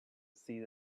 see